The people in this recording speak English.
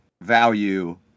value